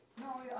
No